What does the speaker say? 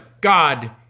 God